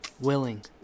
willing